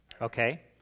Okay